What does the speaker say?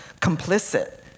complicit